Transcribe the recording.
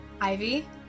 Ivy